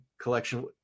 collection